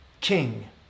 king